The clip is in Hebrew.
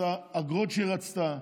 את האגרות שהיא רצתה.